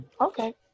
okay